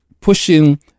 pushing